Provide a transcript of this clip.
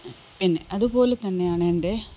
പിന്നെ അതു പോലെ തന്നെയാണ് എൻ്റെ